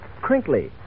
crinkly